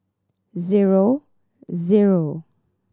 zero zero